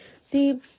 See